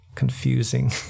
confusing